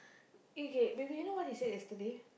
okay baby you know what he said yesterday